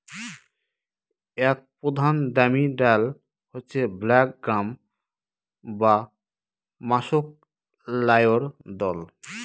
এক প্রধান দামি ডাল হচ্ছে ব্ল্যাক গ্রাম বা মাষকলাইর দল